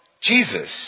Jesus